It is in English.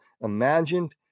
imagined